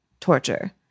torture